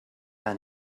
her